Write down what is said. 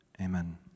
Amen